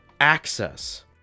access